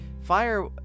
fire